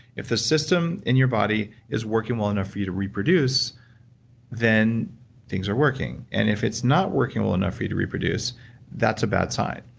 if the system in your body is working well enough for you to reproduce then things are working, and if it's not working well enough for you to reproduce that's a bad sign,